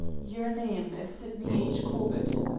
your name is sydney h. corbett?